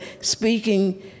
speaking